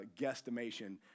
guesstimation